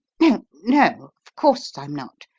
no, no of course i'm not.